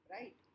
right